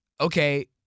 Okay